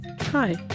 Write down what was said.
Hi